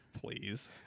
Please